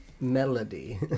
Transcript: Melody